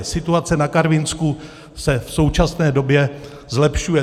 Situace na Karvinsku se v současné době zlepšuje.